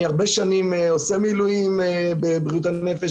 אני הרבה שנים עושה מילואים בבריאות הנפש,